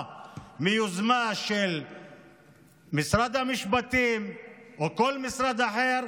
מיוזמה של משרד המשפטים או כל משרד אחר,